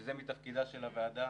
שזה מתפקידה של הוועדה.